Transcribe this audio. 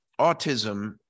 autism